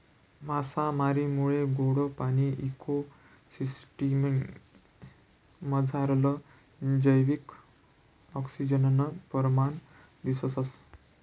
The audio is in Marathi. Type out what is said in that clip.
मासामारीमुये गोडा पाणीना इको सिसटिम मझारलं जैविक आक्सिजननं परमाण दिसंस